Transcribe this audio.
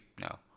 no